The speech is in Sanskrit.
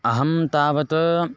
अहं तावत्